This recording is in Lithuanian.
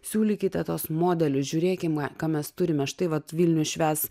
siūlykite tuos modelius žiūrėkime ką mes turime štai vat vilnius švęs